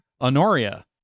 Honoria